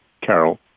Carol